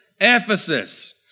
Ephesus